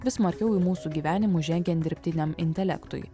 vis smarkiau į mūsų gyvenimus žengiant dirbtiniam intelektui